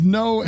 no